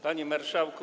Panie Marszałku!